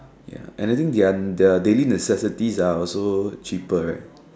ya and I think their their daily necessities are also cheaper right